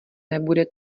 nebude